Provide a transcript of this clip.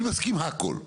אני מסכים עם הכל,